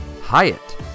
Hyatt